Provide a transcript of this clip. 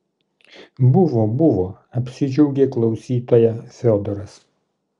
buvo buvo apsidžiaugė klausytoja fiodoras